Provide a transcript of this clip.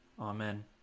Amen